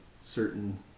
certain